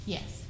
Yes